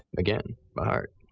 again, by heart.